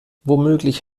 womöglich